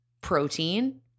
protein